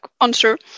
answer